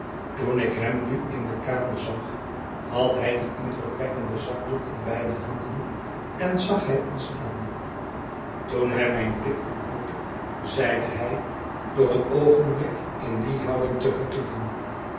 toen ik hem nu in de kamer zag had hij dien indrukwekkenden zakdoek in beide handen en zag hij ons aan toen hij mijn blik ontmoette zeide hij door een oogenblik in die houding te vertoeven